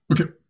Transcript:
Okay